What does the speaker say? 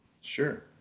Sure